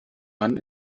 mann